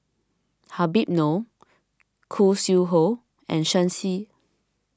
Habib Noh Khoo Sui Hoe and Shen Xi